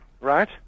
right